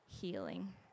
healing